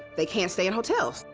they can't stay in hotels.